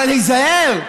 היזהר,